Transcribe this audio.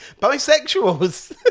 bisexuals